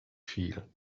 viel